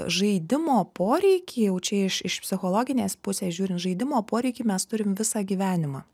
žaidimo poreikį jau čia iš iš psichologinės pusės žiūrint žaidimo poreikį mes turim visą gyvenimą